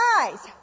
eyes